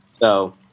So-